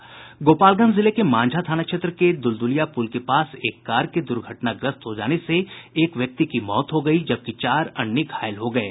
गोपालगंज जिले के मांझा थाना क्षेत्र के दुलदुलिया पुल के पास एक कार के दुर्घटनाग्रस्त हो जाने से एक व्यक्ति की मौत हो गयी जबकि चार अन्य घायल हो गये